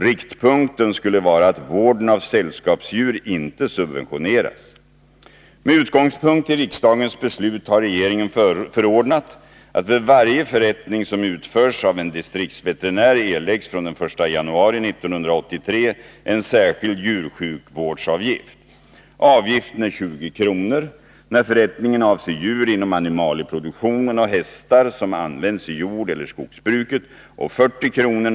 Riktpunkten skulle vara att vården av sällskapsdjur inte subventioneras. Med utgångspunkt i riksdagens beslut har regeringen förordnat att vid varje förrättning som utförs av en distriktsveterinär erläggs från den 1 januari 1983 en särskild djursjukvårdsavgift. Avgiften är 20 kr. när förrättningen avser djur inom animalieproduktionen och hästar som används i jordeller skogsbruket och 40 kr.